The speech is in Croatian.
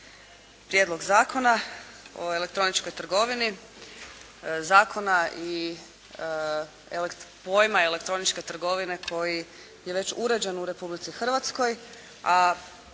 Prijedlog zakona o elektroničkoj trgovini. Zakona i pojma elektroničke trgovine koji je već uređen u Republici Hrvatskoj,